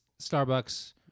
starbucks